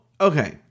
okay